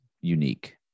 unique